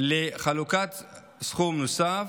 לחלוקת סכום נוסף)